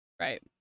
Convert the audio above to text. right